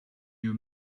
you